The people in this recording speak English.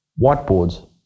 whiteboards